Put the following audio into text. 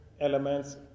elements